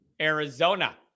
Arizona